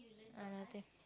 ah okay